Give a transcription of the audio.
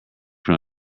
from